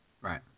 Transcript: right